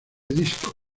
disco